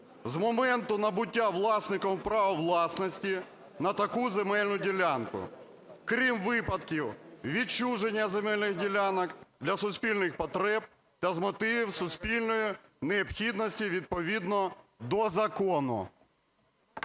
з моменту набуття власником права власності на таку земельну ділянку, крім випадків відчуження земельних ділянок для суспільних потреб та з мотивів суспільної необхідності відповідно до закону.